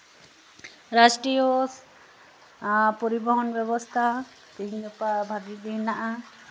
ᱨᱟᱥᱴᱤᱨᱚᱭᱚ ᱯᱚᱨᱤᱵᱚᱦᱚᱱ ᱵᱮᱵᱚᱥᱛᱷᱟ ᱛᱮᱦᱮᱧ ᱜᱟᱯᱟ ᱵᱷᱟᱹᱜᱤ ᱜᱮ ᱢᱮᱱᱟᱜᱼᱟ